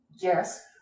Yes